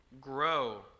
grow